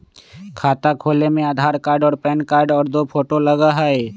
खाता खोले में आधार कार्ड और पेन कार्ड और दो फोटो लगहई?